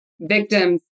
Victims